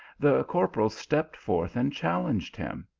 the corporal stepped forth and challenged him.